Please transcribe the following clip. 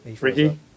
Ricky